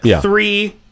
three